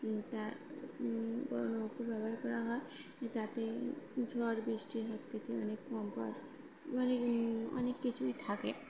তার বড় নৌকো ব্যবহার করা হয় তাতে ঝড় বৃষ্টির হাত থেকে অনেক কম ব মানে অনেক কিছুই থাকে